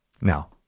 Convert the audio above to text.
Now